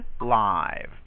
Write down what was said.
live